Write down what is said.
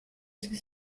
sie